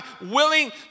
willing